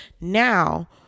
Now